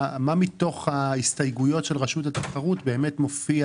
מה מתוך ההסתייגויות של רשות התחרות באמת מופיע